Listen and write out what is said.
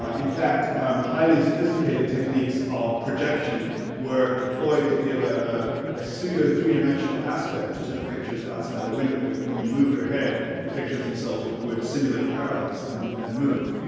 ah in fact highly sophisticated techniques of projection were deployed to give ah ah a pseudo-three dimensional aspect to the pictures outside the window. when you moved your head the pictures themselves would would simulate parallax and and move.